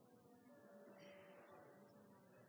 det